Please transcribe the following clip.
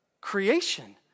creation